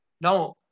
Now